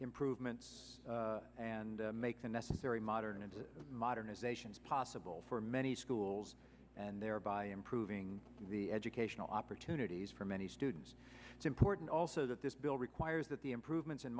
improvements and make the necessary modern and modernizations possible for many schools and thereby improving the educational opportunities for many students to important also that this bill requires that the improvements in